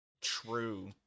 true